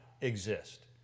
exist